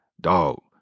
dog